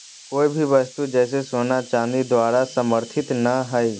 कोय भी वस्तु जैसे सोना चांदी द्वारा समर्थित नय हइ